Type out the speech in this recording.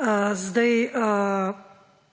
Vsak